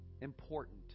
Important